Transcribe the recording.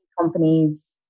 companies